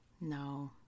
No